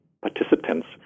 participants